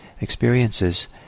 experiences